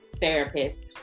therapist